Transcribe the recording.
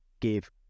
give